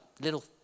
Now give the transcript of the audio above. little